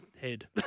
Head